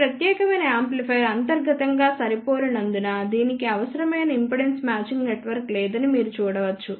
ఈ ప్రత్యేకమైన యాంప్లిఫైయర్ అంతర్గతంగా సరిపోలినందున దీనికి అవసరమైన ఇంపిడెన్స్ మ్యాచింగ్ నెట్వర్క్ లేదని మీరు చూడవచ్చు